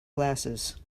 glasses